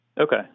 okay